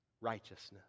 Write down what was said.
righteousness